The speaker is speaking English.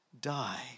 die